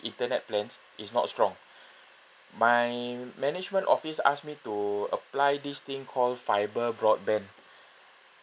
internet plans is not strong my management office ask me to apply this thing called fiber broadband